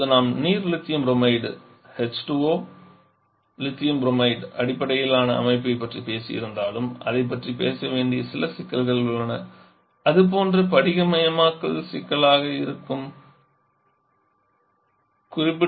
இப்போது நாம் நீர் லித்தியம் புரோமைடு அடிப்படையிலான அமைப்பைப் பற்றிப் பேசியிருந்தாலும் அதைப் பற்றி பேச வேண்டிய சில சிக்கல்கள் உள்ளன அது போன்ற படிகமயமாக்கல் சிக்கலாக இருக்கலாம்